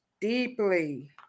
deeply